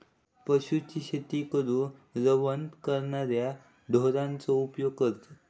पशूंची शेती करूक रवंथ करणाऱ्या ढोरांचो उपयोग करतत